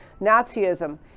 Nazism